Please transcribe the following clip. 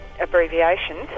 abbreviations